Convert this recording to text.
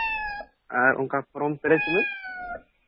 ᱟᱨ ᱚᱱᱠᱟ ᱯᱷᱚᱨᱚᱢ ᱯᱮᱨᱮᱡᱽ ᱢᱮ